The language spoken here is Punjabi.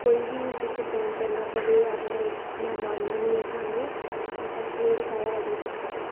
ਕੋਈ ਵੀ ਡਿਸਅਪੋਇੰਟ ਕਰਨਾ ਪਵੇ ਆਪਣੇ ਮਹਿਮਾਨਾਂ ਨੂੰ ਜਾਂ ਤੁਹਾਨੂੰ ਤਾਂ ਕਰਕੇ ਇਹ ਸਾਰਾ ਔਡਰ ਕੀਤਾ ਜਾਵੇ